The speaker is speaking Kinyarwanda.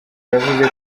yavuze